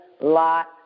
lot